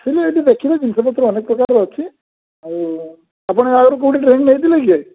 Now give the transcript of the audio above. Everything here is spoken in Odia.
ଆସିଲେ ଏଇଠି ଦେଖିବେ ଜିନିଷ ପତ୍ର ଅନେକ ପ୍ରକାରର ଅଛି ଆଉ ଆପଣ ଏହା ଆଗରୁ କେଉଁଠି ଟ୍ରେନିଂ ନେଇଥିଲେ କି